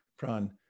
Pran